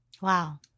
Wow